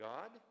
God